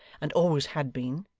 and always had been,